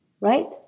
Right